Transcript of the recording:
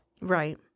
right